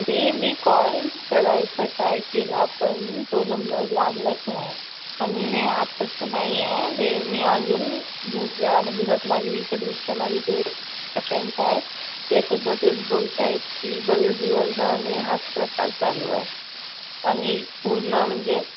मी मी कॉल करायचा ट्राय केला पण तो नंबर लागलाच नाही आणि हे आत्ताच नाही आहे हे मी अजून दुसऱ्या म्हणजे रत्नागिरीचे दुसरे माझे जे फ्रेंड्स आहेत ते सुद्धा तेच बोलत आहेत की बरेच दिवस झाले हाच प्रकार चालू आहे आणि पूर्ण म्हणजे